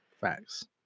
Facts